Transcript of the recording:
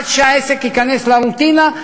עד שהעסק ייכנס לרוטינה,